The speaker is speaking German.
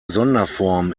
sonderform